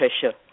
pressure